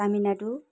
Tamil Nadu